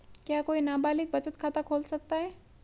क्या कोई नाबालिग बचत खाता खोल सकता है?